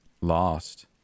lost